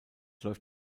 läuft